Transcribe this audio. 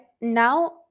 now